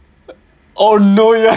oh no